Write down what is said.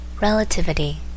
Relativity